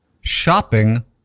shopping